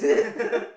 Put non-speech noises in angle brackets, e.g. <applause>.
<laughs>